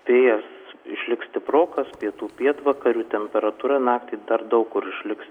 vėjas išliks stiprokas pietų pietvakarių temperatūra naktį dar daug kur išliks